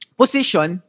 position